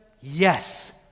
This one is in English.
yes